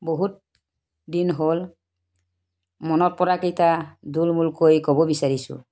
বহুত দিন হ'ল মনত পৰা কেইটা থূলমূলকৈ ক'ব বিচাৰিছোঁ